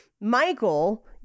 Michael